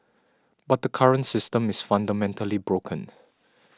but the current system is fundamentally broken